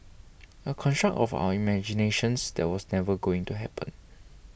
a construct of our imaginations that was never going to happen